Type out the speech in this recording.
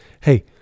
Hey